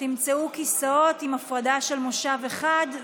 תמצאו כיסאות עם הפרדה של מושב אחד.